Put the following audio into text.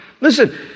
Listen